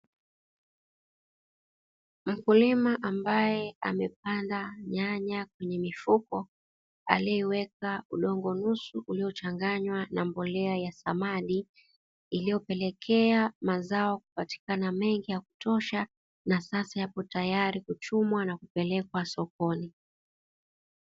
Mkulima ambaye amependa nyanya kwenye mifuko aloyeweka udongo nusu uliochanganywa na mbolea ya samadi, iliyopelekea mazao kupatikana mengi ya kutosha na sasa yapo tayari kuchumwa na kupelekwa sokoni.